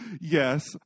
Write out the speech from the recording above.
Yes